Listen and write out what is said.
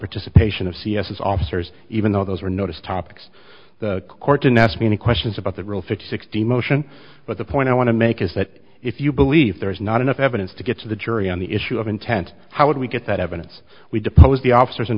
participation of c s officers even though those were noticed topics the court didn't ask many questions about the rule fifty sixty motion but the point i want to make is that if you believe there's not enough evidence to get to the jury on the issue of intent how would we get that evidence we deposed the officers